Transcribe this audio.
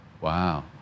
Wow